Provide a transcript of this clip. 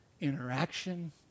interaction